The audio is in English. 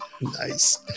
Nice